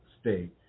state